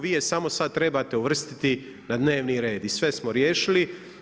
Vi je samo sad trebate uvrstiti na dnevni red i sve smo riješili.